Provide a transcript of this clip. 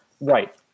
Right